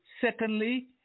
secondly